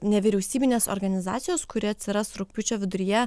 nevyriausybinės organizacijos kuri atsiras rugpjūčio viduryje